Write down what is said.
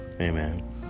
Amen